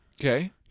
Okay